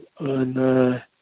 on